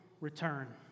return